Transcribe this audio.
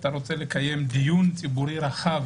שאתה רוצה לקיים דיון ציבורי רחב